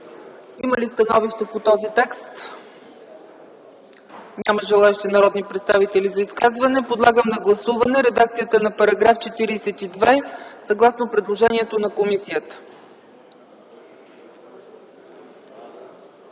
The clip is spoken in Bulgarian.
Има ли становища по този текст? Няма желаещи народни представители за изказвания. Подлагам на гласуване редакцията на § 42, съгласно предложението на комисията.